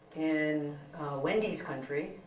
in wendy's country.